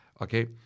okay